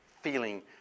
feeling